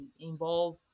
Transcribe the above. involve